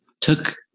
took